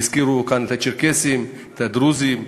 הזכירו כאן את הצ'רקסים, את הדרוזים.